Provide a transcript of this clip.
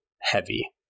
heavy